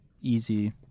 Easy